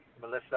Melissa